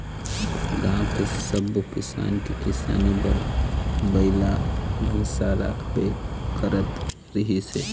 गाँव के सब्बो किसान के किसानी बर बइला भइसा राखबे करत रिहिस हे